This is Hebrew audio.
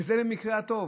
וזה במקרה הטוב,